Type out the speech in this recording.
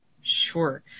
Sure